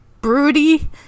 broody